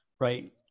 Right